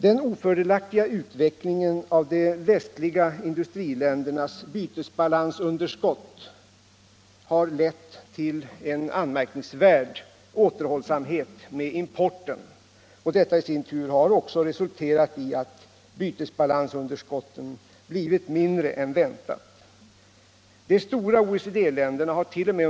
Den ofördelaktiga utvecklingen av de västliga industriländernas bytesbalansunderskott har lett till en anmärkningsvärd återhållsamhet med importen och detta i sin tur har resulterat i att bytesbalansunderskotten blivit mindre än väntat. De stora OECD-länderna hart.o.m.